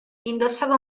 indossava